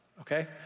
okay